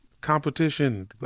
competition